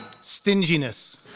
Stinginess